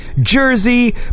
Jersey